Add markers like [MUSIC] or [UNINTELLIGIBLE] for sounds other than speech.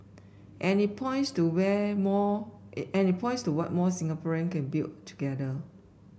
and it points to where more [UNINTELLIGIBLE] and it points to what more Singaporean can build together